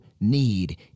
need